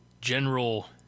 general